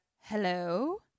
Hello